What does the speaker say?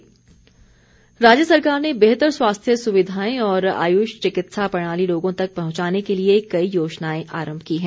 सरवीण चौधरी राज्य सरकार ने बेहतर स्वास्थ्य सुविधाएं और आयुष चिकित्सा प्रणाली लोगों तक पहुंचाने के लिए कई योजनाएं आरम्भ की हैं